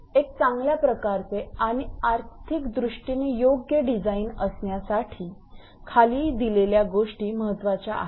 एक चांगल्या प्रकारचे आणि आर्थिक दृष्टीने योग्य डिझाईन असण्यासाठी खाली दिलेल्या गोष्टी महत्त्वाच्या आहेत